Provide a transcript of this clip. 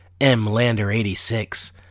Mlander86